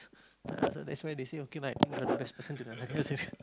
so that's why say okay lah the best person to